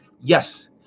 Yes